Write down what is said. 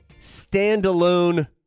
standalone